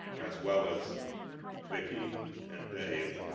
as well as vicki and dave.